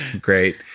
great